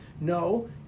No